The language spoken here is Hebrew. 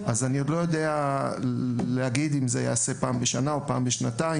אני עוד לא יודע להגיד אם זה ייעשה פעם בשנה או פעם בשנתיים,